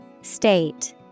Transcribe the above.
State